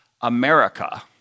America